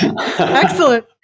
Excellent